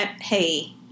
Hey